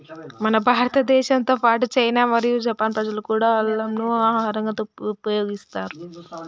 మన భారతదేశంతో పాటు చైనా మరియు జపాన్ ప్రజలు కూడా అల్లంను ఆహరంగా ఉపయోగిస్తారు